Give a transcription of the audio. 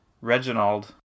Reginald